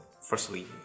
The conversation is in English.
firstly